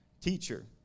teacher